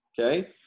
Okay